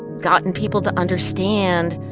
gotten people to understand